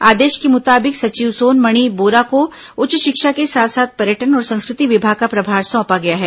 आदेश के मुताबिक सचिव सोनमणि बोरा को उच्च शिक्षा के साथ साथ पर्यटन और संस्कृति विभाग का प्रभार सौंपा गया है